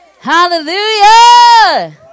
Hallelujah